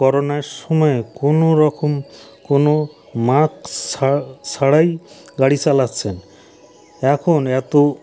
করোনার সময়েও কোনো রকম কোনো মাস্ক ছাড়াই গাড়ি চালাচ্ছেন এখন এত